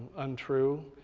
untrue,